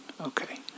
okay